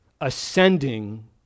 ascending